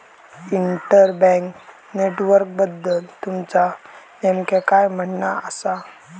inter bank नेटवर्कबद्दल तुमचा नेमक्या काय म्हणना आसा